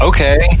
Okay